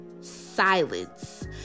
silence